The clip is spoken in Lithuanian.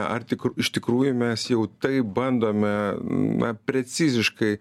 ar tik iš tikrųjų mes jau taip bandome na preciziškai